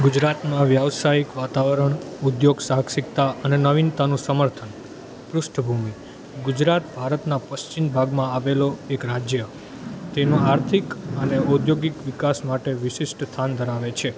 ગુજરાતમાં વ્યવસાયિક વાતાવરણ ઉધ્યોગ સાહસિકતા અને નવીનતાનું સમર્થન પૃષ્ઠ ભૂમિ ગુજરાત ભારતના પશ્ચિમ ભાગમાં આવેલો એક રાજ્ય તેનો આર્થિક અને ઔદ્યોગિક વિકાસ માટે વિશિષ્ઠ સ્થાન ધરાવે છે